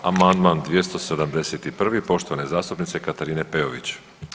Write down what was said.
Amandman 271. poštovane zastupnice Katarine Peović.